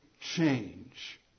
change